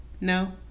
No